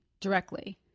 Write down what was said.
directly